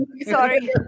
sorry